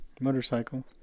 Motorcycle